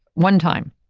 one time,